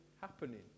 happening